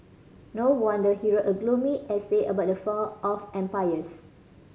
no wonder he wrote a gloomy essay about the fall of empires